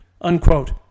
unquote